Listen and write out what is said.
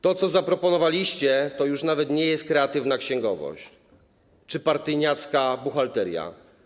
To, co zaproponowaliście, to już nawet nie jest kreatywna księgowość czy partyjniacka buchalteria.